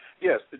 Yes